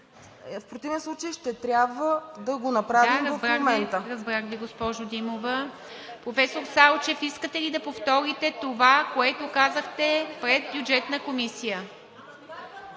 В противен случай ще трябва да го направим в момента. ПРЕДСЕДАТЕЛ ИВА МИТЕВА: Разбрах Ви, госпожо Димова. Професор Салчев, искате ли да повторите това, което казахте пред Бюджетната комисия?